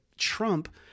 Trump